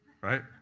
Right